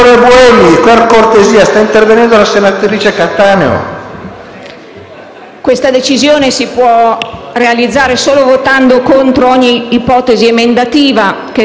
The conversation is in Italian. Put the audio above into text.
Questa decisione si può realizzare solo votando contro ogni ipotesi emendativa che è stata formulata e in tal senso orienterò tutte le mie scelte di voto